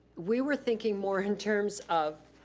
we were thinking more in terms of,